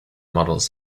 models